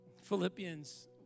Philippians